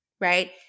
right